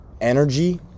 energy